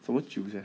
什么酒 sia